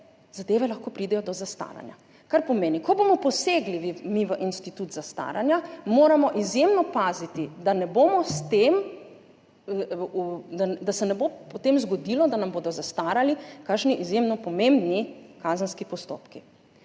zadeve lahko pridejo do zastaranja. Kar pomeni, da ko bomo mi posegli v institut zastaranja, moramo izjemno paziti, da se ne bo potem zgodilo, da nam bodo zastarali kakšni izjemno pomembni kazenski postopki.